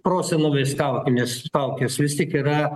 prosenovės kaukinės kaukės vis tiek yra